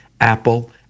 apple